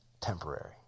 Temporary